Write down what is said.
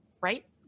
Right